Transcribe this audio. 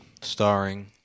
starring